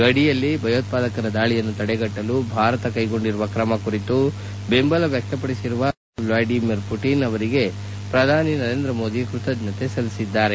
ಗಡಿಯಲ್ಲಿ ಭಯೋತ್ವಾದಕರ ದಾಳಿಯನ್ನು ತಡೆಗಟ್ಟಲು ಭಾರತ ಕೈಗೊಂಡಿರುವ ಕ್ರಮದ ಕುರಿತು ಬೆಂಬಲ ವ್ಯಕ್ತಪಡಿಸಿರುವ ರಷ್ಡಾ ಅಧ್ಯಕ್ಷ ವ್ಲಾಡಿಮಿರ್ ಪುಟನ್ ಅವರಿಗೆ ಪ್ರಧಾನಿ ನರೇಂದ್ರ ಮೋದಿ ಕೃತಜ್ಞತೆ ಸಲ್ಲಿಸಿದ್ದಾರೆ